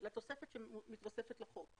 שמתווספת לחוק.